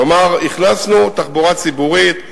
כלומר, הכנסנו תחבורה ציבורית.